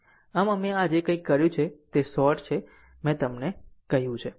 આમ અમે આ જે કંઇ કર્યું છે તે શોર્ટ છે મેં તમને કહ્યું છે